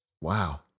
Wow